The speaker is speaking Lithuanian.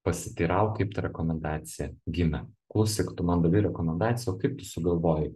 pasiteirauk kaip ta rekomendacija gimė klausyk tu man davei rekomendaciją o kaip tu sugalvojai